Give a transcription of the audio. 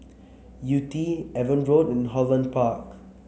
Yew Tee Avon Road and Holland Park